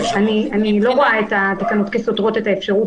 אני לא רואה את התקנות כסותרות את האפשרות